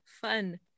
fun